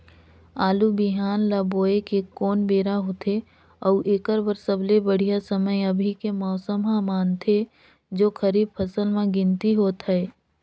आलू बिहान ल बोये के कोन बेरा होथे अउ एकर बर सबले बढ़िया समय अभी के मौसम ल मानथें जो खरीफ फसल म गिनती होथै?